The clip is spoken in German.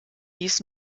dies